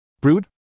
Brood